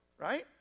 Right